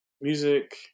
Music